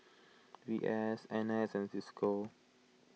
V S N S and Cisco